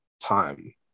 time